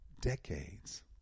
decades